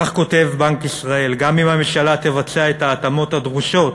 כך כותב בנק ישראל: "גם אם הממשלה תבצע את ההתאמות הדרושות